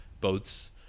boats